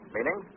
Meaning